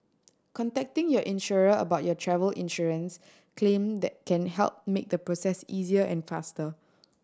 contacting your insurer about your travel insurance claim that can help make the process easier and faster